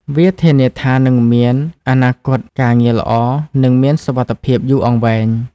វាធានាថានឹងមានអនាគតការងារល្អនិងមានសុវត្ថិភាពយូរអង្វែង។